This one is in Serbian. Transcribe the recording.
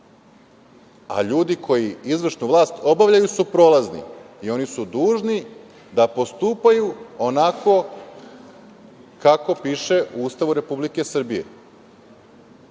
a ljudi koji izvršnu vlast obavljaju su prolazni i oni su dužni da postupaju onako kako piše u Ustavu Republike Srbije.